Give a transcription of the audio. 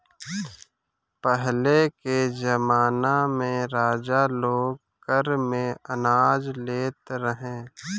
पहिले के जमाना में राजा लोग कर में अनाज लेत रहे